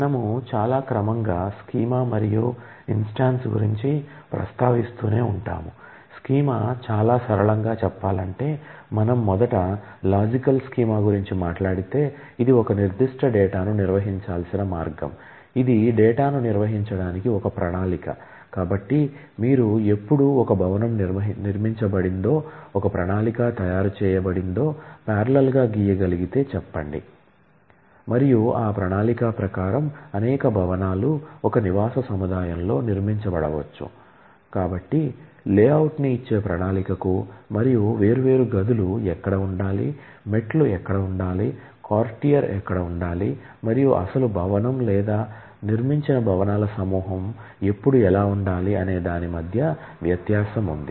మనము చాలా క్రమంగా స్కీమా ఎక్కడ ఉండాలి మరియు అసలు భవనం లేదా నిర్మించిన భవనాల సమూహం ఎప్పుడు ఎలా ఉండాలి అనే దాని మధ్య వ్యత్యాసం ఉంది